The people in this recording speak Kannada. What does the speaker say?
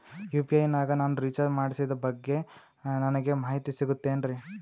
ಯು.ಪಿ.ಐ ನಾಗ ನಾನು ರಿಚಾರ್ಜ್ ಮಾಡಿಸಿದ ಬಗ್ಗೆ ನನಗೆ ಮಾಹಿತಿ ಸಿಗುತೇನ್ರೀ?